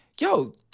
yo